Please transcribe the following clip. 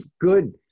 good